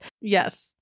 Yes